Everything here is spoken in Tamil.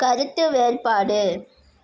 கருத்து வேறுபாடு